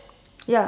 ya